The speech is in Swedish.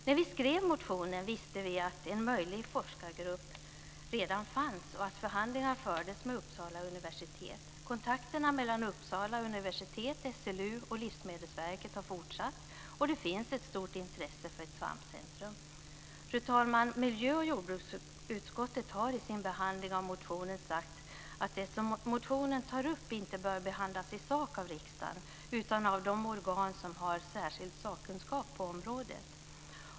När vi skrev motionen visste vi att en möjlig forskargrupp redan fanns och att förhandlingar fördes med Uppsala universitet. Kontakterna mellan Uppsala universitet, SLU och Livsmedelsverket har fortsatt, och det finns ett stort intresse för ett svampcentrum. Fru talman! Miljö och jordbruksutskottet har i sin behandling av motionen sagt att det som motionen tar upp inte bör behandlas i sak av riksdagen utan av de organ som har särskild sakkunskap på området.